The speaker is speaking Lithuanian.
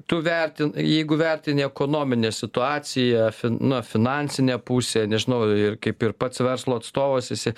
tu vertin jeigu vertini ekonominę situaciją fin na finansinę pusę nežinau ir kaip ir pats verslo atstovas esi